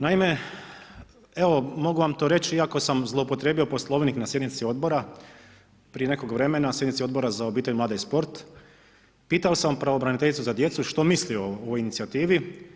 Naime, evo, mogu vam to reći, iako sam zloupotrijebio Poslovnik na sjednici odbora prije nekog vremena, sjednici Odbora za obitelj, mlade i sport, pitao sam pravobraniteljici za djecu što misli o ovoj inicijativi.